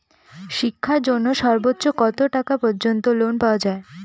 শিক্ষার জন্য সর্বোচ্চ কত টাকা পর্যন্ত লোন পাওয়া য়ায়?